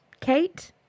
Kate